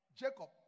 jacob